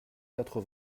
quatre